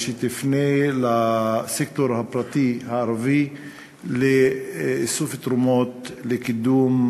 שתפנה לסקטור הפרטי הערבי לאסוף תרומות לקידום